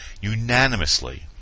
Unanimously